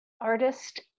artist